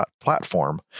platform